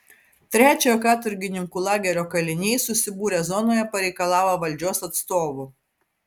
trečiojo katorgininkų lagerio kaliniai susibūrę zonoje pareikalavo valdžios atstovų